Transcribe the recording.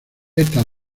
estas